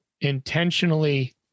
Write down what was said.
intentionally